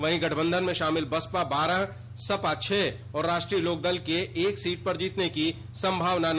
वहीं गठबंधन में शामिल बसपा बारह सपा छह और राष्ट्रीय लोकदल के एक सीट पर जीतने की प्रबल संभावना है